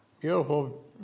beautiful